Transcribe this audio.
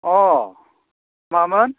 अ' मामोन